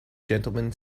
gentlemen